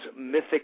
mythic